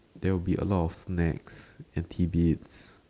there will be a lot of snacks and tidbits